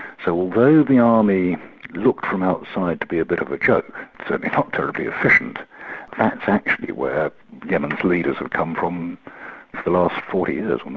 so although the army looked from outside to be a bit of a joke, certainly not terribly efficient, facts actually were yemen's leaders have come from, for the last forty years